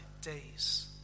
days